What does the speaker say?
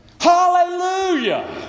Hallelujah